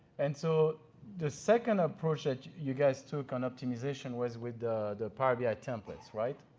and so the second approach that you guys took on optimization was with the power bi templates, right?